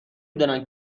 دونن